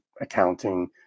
accounting